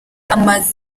amaze